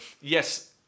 yes